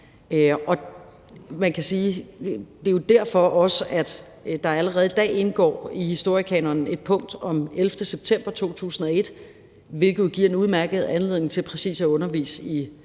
også er derfor, at der allerede i dag indgår et punkt i historiekanonen om den 11. september 2001, hvilket jo giver en udmærket anledning til præcis at undervise i